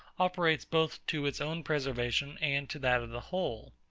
operates both to its own preservation and to that of the whole.